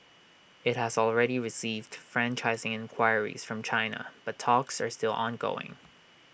IT has already received franchising enquiries from China but talks are still ongoing